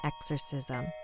exorcism